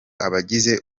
abagize